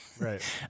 right